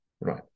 Right